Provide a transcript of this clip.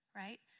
right